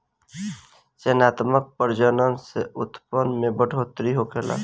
चयनात्मक प्रजनन से उत्पादन में बढ़ोतरी होखेला